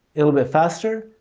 little bit faster.